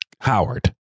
Howard